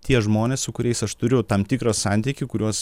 tie žmonės su kuriais aš turiu tam tikrą santykį kuriuos